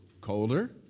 colder